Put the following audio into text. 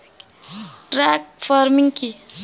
Truck farming কি?